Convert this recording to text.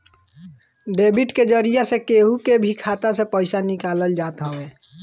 debit के जरिया से केहू के भी खाता से पईसा निकालल जात हवे